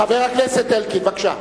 חבר הכנסת אלקין, בבקשה.